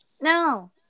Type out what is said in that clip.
No